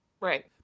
right